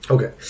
Okay